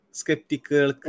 skeptical